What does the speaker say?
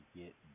get